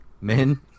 Men